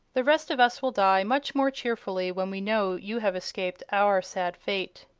the rest of us will die much more cheerfully when we know you have escaped our sad fate.